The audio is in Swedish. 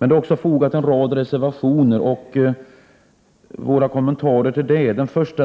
35 En rad reservationer har fogats till utskottets betänkande.